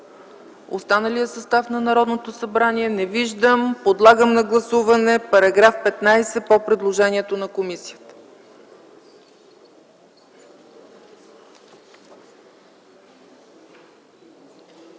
останалия състав на Народното събрание? Не виждам. Подлагам на гласуване § 15 по предложението на комисията.